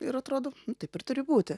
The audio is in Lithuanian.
ir atrodo taip ir turi būti